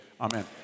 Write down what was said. Amen